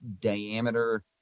diameter